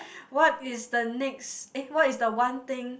what is the next eh what is the one thing